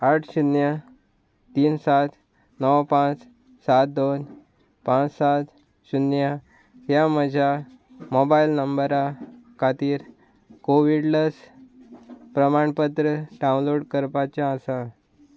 आठ शुन्य तीन सात णव पांच सात दोन पांच सात शुन्य ह्या म्हज्या मोबायल नंबरा खातीर कोवीड लस प्रमाणपत्र डावनलोड करपाचें आसा